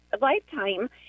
Lifetime